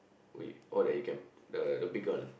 wait oh that you can the the bigger one